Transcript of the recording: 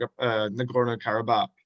Nagorno-Karabakh